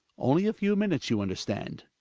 only a few minutes, you understand.